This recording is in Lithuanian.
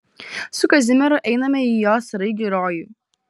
su kazimieru einame į jo sraigių rojų